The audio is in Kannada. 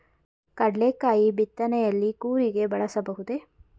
ಕಡ್ಲೆಕಾಯಿ ಬಿತ್ತನೆಯಲ್ಲಿ ಕೂರಿಗೆ ಬಳಸಬಹುದೇ?